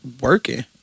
working